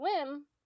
swim